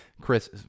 Chris